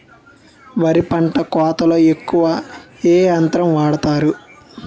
వరి పంట కోతలొ ఎక్కువ ఏ యంత్రం వాడతారు?